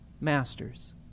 masters